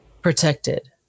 protected